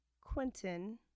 Quentin